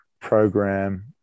program